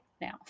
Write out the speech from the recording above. now